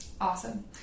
Awesome